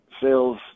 sales